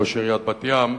ראש עיריית בת-ים,